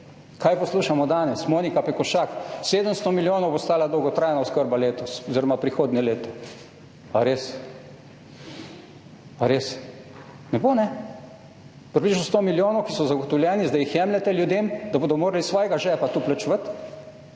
Kaj poslušamo danes? Monika Pekošak: 700 milijonov bo stala dolgotrajna oskrba letos oziroma prihodnje leto. Ali res? Ali res? Ne bo, ne. Približno 100 milijonov, ki so zagotovljeni, zdaj jemljete ljudem, da bodo morali iz svojega žepa to plačevati,